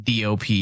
DOP